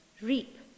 reap